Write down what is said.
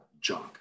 junk